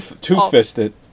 Two-fisted